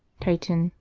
titan,